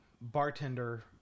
bartender